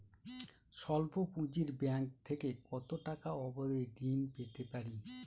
স্বল্প পুঁজির ব্যাংক থেকে কত টাকা অবধি ঋণ পেতে পারি?